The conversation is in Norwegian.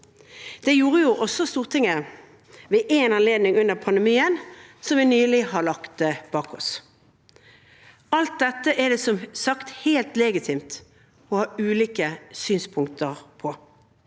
Det gjorde også Stortinget ved én anledning under pandemien som vi nylig har lagt bak oss. Alt dette er det som sagt helt legitimt å ha ulike synspunkter på,